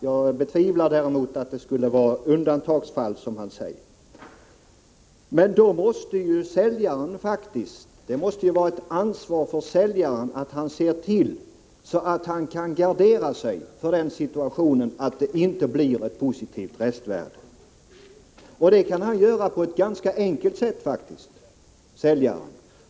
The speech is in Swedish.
Jag betvivlar däremot att ett positivt restvärde skulle tillhöra undantagsfallen, som Karl Björzén säger. Det måste vara säljarens ansvar att gardera sig mot den situationen att det inte blir ett positivt restvärde. Det kan han faktiskt göra på ett ganska enkelt sätt.